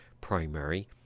primary